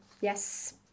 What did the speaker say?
Yes